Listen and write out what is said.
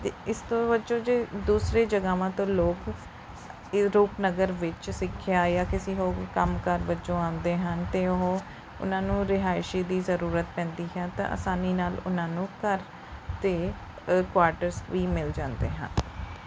ਅਤੇ ਇਸ ਤੋਂ ਵਜੋਂ ਜੇ ਦੂਸਰੀ ਜਗ੍ਹਾਵਾਂ ਤੋਂ ਲੋਕ ਇ ਰੂਪਨਗਰ ਵਿੱਚ ਸਿੱਖਿਆ ਜਾਂ ਕਿਸੇ ਹੋਰ ਕੰਮਕਾਰ ਵਜੋਂ ਆਉਂਦੇ ਹਨ ਅਤੇ ਉਹ ਉਹਨਾਂ ਨੂੰ ਰਿਹਾਇਸ਼ੀ ਦੀ ਜ਼ਰੂਰਤ ਪੈਂਦੀ ਹੈ ਤਾਂ ਆਸਾਨੀ ਨਾਲ ਉਹਨਾਂ ਨੂੰ ਘਰ ਅਤੇ ਕੁਆਰਟਰਸ ਵੀ ਮਿਲ ਜਾਂਦੇ ਹਨ